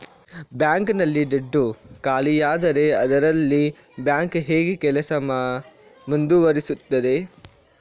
Bank ನಲ್ಲಿ ದುಡ್ಡು ಖಾಲಿಯಾದರೆ ಅದರಲ್ಲಿ ಬ್ಯಾಂಕ್ ಹೇಗೆ ಕೆಲಸ ಮುಂದುವರಿಸುತ್ತದೆ?